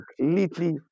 completely